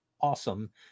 awesome